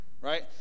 Right